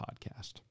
podcast